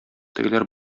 тегеләр